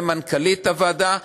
ומנכ"לית הוועדה,